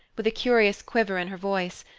with a curious quiver in her voice,